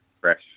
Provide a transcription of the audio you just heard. fresh